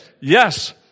yes